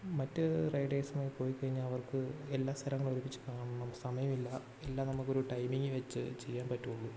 മറ്റ് റൈഡേഴ്സിന് പോയിക്കഴിഞ്ഞാൽ അവർക്ക് എല്ലാ സ്ഥലങ്ങളും ഒരുമിച്ച് കാണണം സമയവില്ല എല്ലാം നമുക്കൊരു ടൈമിങ്ങ് വെച്ച് ചെയ്യാൻ പറ്റുകയുള്ളു